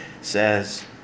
says